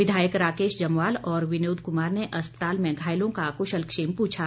विधायक राकेश जम्वाल और विनोद कुमार ने अस्पताल में घायलों का कुशलक्षेम पूछा